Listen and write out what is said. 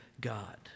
God